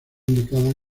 indicada